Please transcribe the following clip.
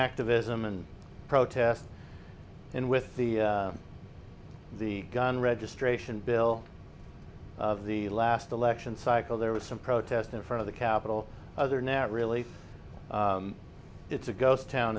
activism and protest in with the the gun registration bill of the last election cycle there was some protest in front of the capitol other net really it's a ghost town